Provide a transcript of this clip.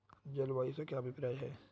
जलवायु से क्या अभिप्राय है?